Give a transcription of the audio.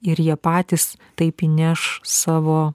ir jie patys taip įneš savo